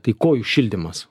tai kojų šildymas